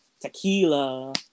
tequila